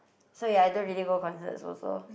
so ya I don't really go concerts also